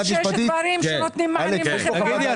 יש דברים שנותנים להם מענים לחברה הערבית.